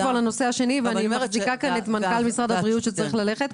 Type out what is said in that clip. לנושא השני ואני מחזיקה את מנכ"ל משרד הבריאות שצריך ללכת.